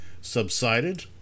subsided